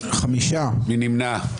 מי נמנע?